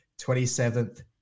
27th